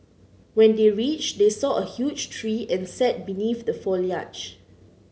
when they reached they saw a huge tree and sat beneath the foliage